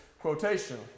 quotation